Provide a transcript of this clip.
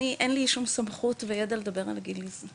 אני אין לי שום סמכות וידע לדבר על לגליזציה,